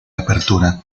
apertura